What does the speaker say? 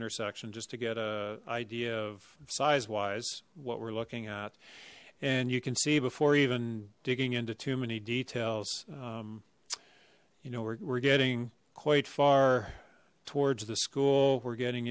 intersection just to get a idea of size wise what we're looking at and you can see before even digging into too many details you know we're getting quite far towards the school we're getting